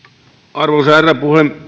arvoisa herra